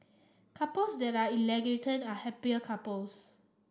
couples that are egalitarian are happier couples